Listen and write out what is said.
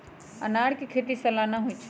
अनारकें खेति सलाना होइ छइ